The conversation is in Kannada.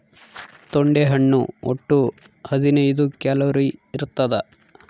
ತೊಂಡೆ ಹಣ್ಣು ಒಟ್ಟು ಹದಿನೈದು ಕ್ಯಾಲೋರಿ ಇರ್ತಾದ